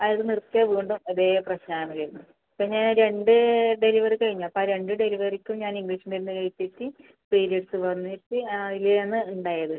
അത് നിർത്തുകയേ വേണ്ടൂ ഇതേ പ്രശ്നം ആണ് വരുന്നത് പിന്നെ രണ്ട് ഡെലിവറി കഴിഞ്ഞു അപ്പോൾ ആ രണ്ട് ഡെലിവറിക്കും ഞാൻ ഇംഗ്ലീഷ് മരുന്ന് കഴിച്ചിട്ട് പീരിയഡ്സ് വന്നിട്ട് ആ അതിലെ ആണ് ഉണ്ടായത്